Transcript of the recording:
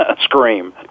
scream